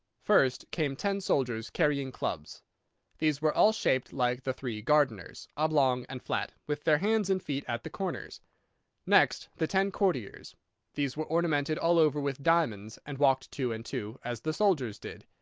first came ten soldiers carrying clubs these were all shaped like the three gardeners, oblong and flat, with their hands and feet at the corners next the ten courtiers these were ornamented all over with diamonds, and walked two and two, as the soldiers did.